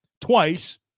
twice